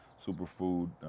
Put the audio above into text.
superfood